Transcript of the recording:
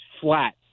flat